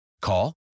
Call